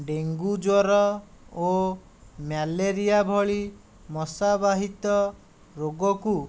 dengue ଜ୍ୱର ଓ malaria ଭଳି ମଶା ବାହିତ ରୋଗକୁ